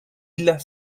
las